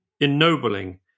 ennobling